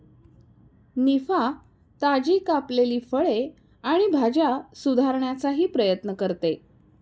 निफा, ताजी कापलेली फळे आणि भाज्या सुधारण्याचाही प्रयत्न करते